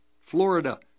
Florida